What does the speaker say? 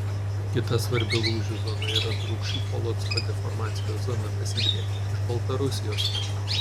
kita svarbi lūžių zona yra drūkšių polocko deformacijos zona besidriekianti iš baltarusijos